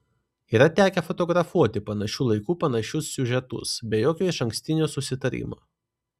yra tekę fotografuoti panašiu laiku panašius siužetus be jokio išankstinio susitarimo